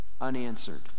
unanswered